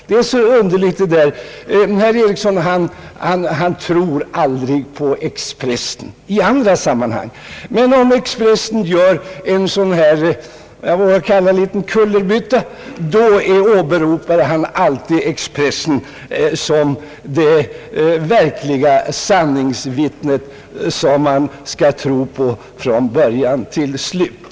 Det underliga är att herr Eriksson aldrig tror på Expressen i andra sammanhang, men om Expressen gör en sådan här liten kullerbytta — om jag vågar använda det uttrycket — då åberopar herr Eriksson alltid Expressen som det verkliga sanningsvittnet, som man skall tro på från början till slut.